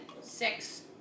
six